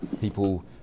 people